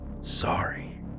Sorry